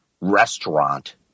restaurant